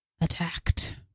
Attacked